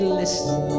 listen